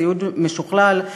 ציוד משוכלל.